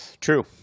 True